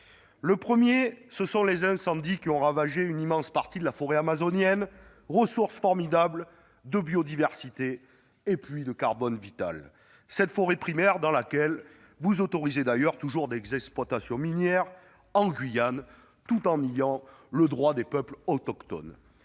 ces faits, ce sont les incendies qui ont ravagé une immense partie de la forêt amazonienne, ressource formidable de biodiversité et de carbone vital-forêt primaire dans laquelle, en Guyane, vous autorisez toujours des exploitations minières tout en niant le droit des peuples autochtones.